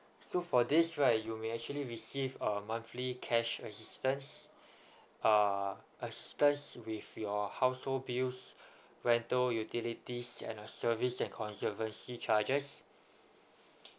so for this right you may actually receive a monthly cash assistance uh assistance with your household bills rental utilities and the service and conservancy charges